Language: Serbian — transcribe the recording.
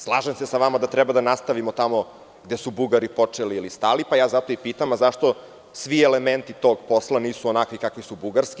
Slažem se sa vama da treba da nastavimo tamo gde su Bugari počeli ili stali, pa ja zato i pitam – zašto svi elementi tog posla nisu onakvi kakvi su bugarski?